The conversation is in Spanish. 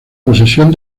posesión